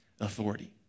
authority